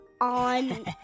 On